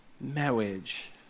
Marriage